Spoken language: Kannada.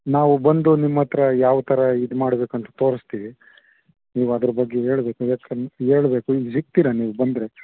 ನಾವು ಬಂದು ನಿಮ್ಮ ಹತ್ರ ಯಾವ ತರ ಇದು ಮಾಡ್ಬೇಕಂತ ತೋರಿಸ್ತೀವಿ ನೀವು ಅದ್ರ ಬಗ್ಗೆ ಹೇಳ್ಬೇಕು ಹೇಳ್ಬೇಕು ಸಿಗ್ತೀರ ನೀವು ಬಂದರೆ